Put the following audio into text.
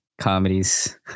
comedies